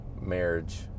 marriage